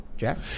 Jack